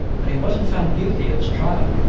but he wasn't found guilty at his trial.